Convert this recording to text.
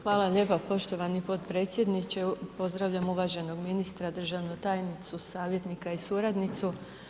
Hvala lijepa poštovani potpredsjedniče, pozdravljam uvaženog ministra, državnu tajnicu, svajetnika i suradnicu.